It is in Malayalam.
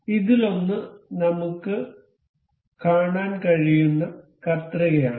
അതിനാൽ ഇതിലൊന്ന് നമുക്ക് കാണാൻ കഴിയുന്ന കത്രികയാണ്